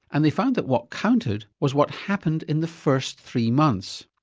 and they found that what counted was what happened in the first three months.